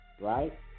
right